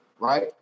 right